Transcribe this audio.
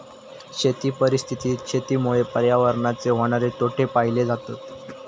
शेती परिस्थितीत शेतीमुळे पर्यावरणाचे होणारे तोटे पाहिले जातत